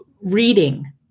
reading